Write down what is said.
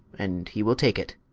and he will take it